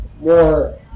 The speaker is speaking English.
more